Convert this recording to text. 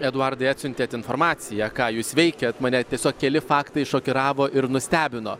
eduardai atsiuntėt informaciją ką jūs veikiat mane tiesiog keli faktai šokiravo ir nustebino